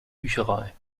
bücherei